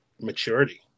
maturity